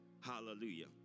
Hallelujah